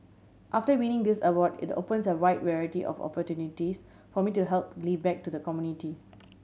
after winning this award it opens a wide variety of opportunities for me to help give back to the community